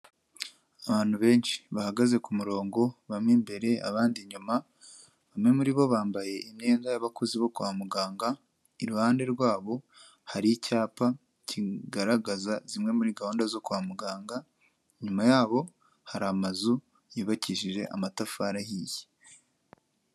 Abantu benshi bahagaze ku murongo bamwe imbere abandi inyuma, bamwe muri bo bambaye imyenda y'abakozi bo kwa muganga, iruhande rwabo hari icyapa kigaragaza zimwe muri gahunda zo kwa muganga inyuma yabo hari amazu yubakishije amatafari ahiye.